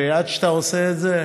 עד שאתה עושה את זה,